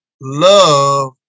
love